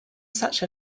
such